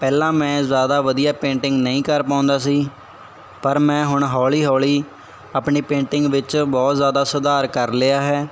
ਪਹਿਲਾਂ ਮੈਂ ਜ਼ਿਆਦਾ ਵਧੀਆ ਪੇਂਟਿੰਗ ਨਹੀਂ ਕਰ ਪਾਉਂਦਾ ਸੀ ਪਰ ਮੈਂ ਹੁਣ ਹੌਲੀ ਹੌਲੀ ਆਪਣੀ ਪੇਂਟਿੰਗ ਵਿੱਚ ਬਹੁਤ ਜ਼ਿਆਦਾ ਸੁਧਾਰ ਕਰ ਲਿਆ ਹੈ